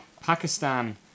Pakistan